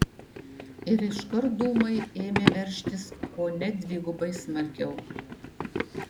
ir iškart dūmai ėmė veržtis kone dvigubai smarkiau